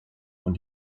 von